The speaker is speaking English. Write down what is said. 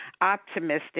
optimistic